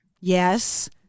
Yes